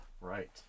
Right